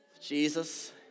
Jesus